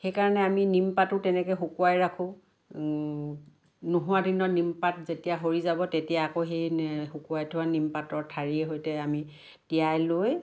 সেইকাৰণে আমি নিমপাতো তেনেকৈ আমি শুকোৱাই ৰাখোঁ নোহোৱা দিনত নিমপাত যেতিয়া সৰি যাব তেতিয়া আকৌ হেই শুকোৱাই থোৱা নিমপাতৰ ঠাৰিৰে সৈতে আমি তিয়াই লৈ